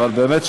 באמת,